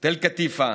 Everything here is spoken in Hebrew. תל קטיפא,